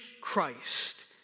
Christ